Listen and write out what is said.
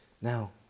Now